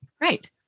Right